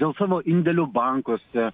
dėl savo indėlių bankuose